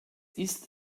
ist